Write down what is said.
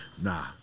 nah